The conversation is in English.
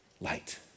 light